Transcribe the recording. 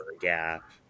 gap